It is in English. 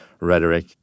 rhetoric